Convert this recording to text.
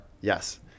Yes